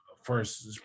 first